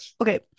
Okay